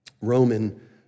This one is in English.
Roman